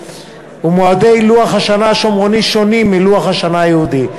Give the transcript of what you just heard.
ומועדי לוח השנה השומרוני שונים מלוח השנה היהודי.